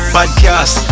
Podcast